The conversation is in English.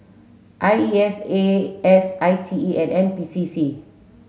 I E S A S I T E and N P C C